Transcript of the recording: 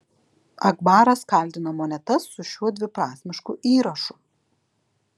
akbaras kaldino monetas su šiuo dviprasmišku įrašu